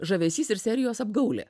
žavesys ir serijos apgaulė